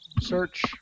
search